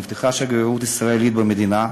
נפתחה שגרירות ישראלית במדינה.